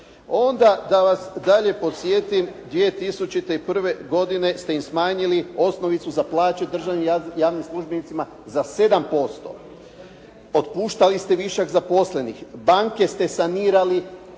Onda da vas dalje podsjetim, 2001. godine ste im smanjili osnovicu za plaću državnim i javnim službenicima za 7%. Otpuštali ste višak zaposlenih. Banke ste sanirali